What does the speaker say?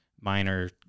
minor